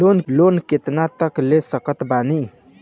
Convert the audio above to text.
Loan कितना तक ले सकत बानी?